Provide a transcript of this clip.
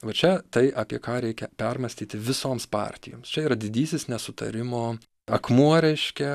va čia tai apie ką reikia permąstyti visoms partijoms čia yra didysis nesutarimo akmuo reiškia